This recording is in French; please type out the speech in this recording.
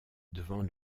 devant